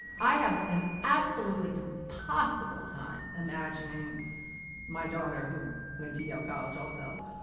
i have an absolutely impossible time imagining my daughter, who went to yale college also,